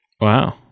Wow